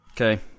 Okay